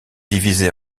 divisé